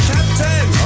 Captain